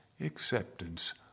acceptance